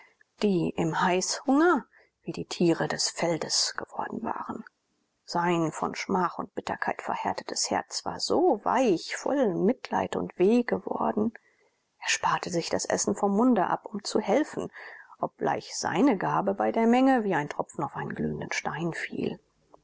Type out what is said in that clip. die im heißhunger wie die tiere des feldes geworden waren sein von schmach und bitterkeit verhärtetes herz war so weich voll mitleid und weh geworden er sparte sich das essen vom munde ab um zu helfen obgleich seine gabe bei der menge wie ein tropfen auf einen glühenden stein fiel